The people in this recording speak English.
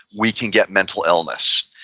we can get mental illness,